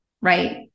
right